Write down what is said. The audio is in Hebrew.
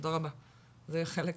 הנהלת